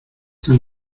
tan